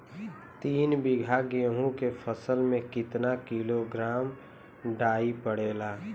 तीन बिघा गेहूँ के फसल मे कितना किलोग्राम डाई पड़ेला?